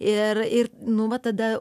ir ir nu va tada